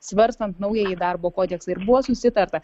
svarstant naująjį darbo kodeksą ir buvo susitarta